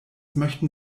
möchten